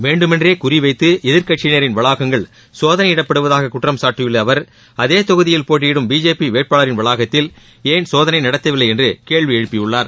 வேண்டுமென்றேகுறிவைத்துஎதிர்க்கட்சியினரின் வளாகங்கள் சோதனையிடப்படுவதாககுற்றம்சாட்டியுள்ளஅவர் அதேதொகுதியில் போட்டியிடும் பிஜேபிவேட்பாளரின் வளாகத்தில் ஏன் சோதனைநடத்தவில்லைஎன்றுகேள்விஎழுப்பியுள்ளார்